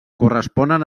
corresponen